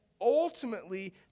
ultimately